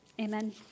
amen